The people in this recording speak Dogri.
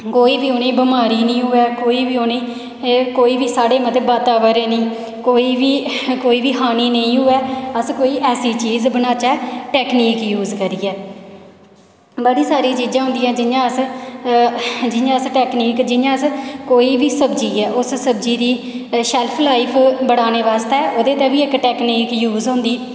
कोई बी उ'नेंगी बमारी निं होऐ कोई बी उ'नेंगी कोई बी साढ़े मतलब बाताबरन गी कोई बी कोई बी हानि नेईं होऐ अस कोई ऐसी चीज बनाचै टैकनीक यूज करियै बड़ी सारियां चीजां होंदियां जियां अस जियां अस टैकनीक जियां अस कोई बी सब्जी ऐ उस सब्जी दी शैल्फ लाईफ बढ़ाने बास्तै ओह्दे बास्तै बी इक टैकनीक यूज होंदी